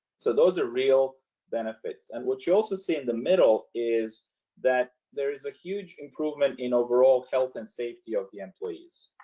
so those are real benefits and what you also see in the middle is that there is a huge improvement in overall health and safety of the employees.